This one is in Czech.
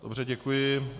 Dobře, děkuji.